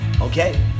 okay